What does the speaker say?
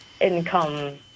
income